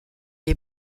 les